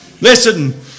Listen